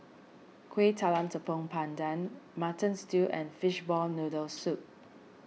Kuih Talam Tepong Pandan Mutton Stew and Fishball Noodle Soup